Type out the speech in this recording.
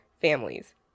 families